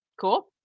Cool